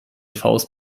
faust